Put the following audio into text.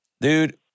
Dude